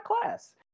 class